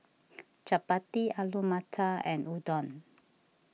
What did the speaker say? Chapati Alu Matar and Udon